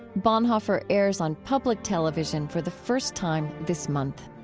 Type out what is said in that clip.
bonhoeffer airs on public television for the first time this month